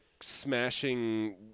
smashing